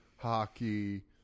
Hockey